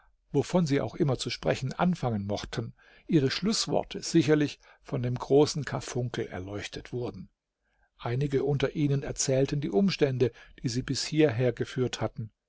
wovon sie auch immer zu sprechen anfangen mochten ihre schlußworte sicherlich von dem großen karfunkel erleuchtet wurden einige unter ihnen erzählten die umstände die sie bis hierher geführt hatten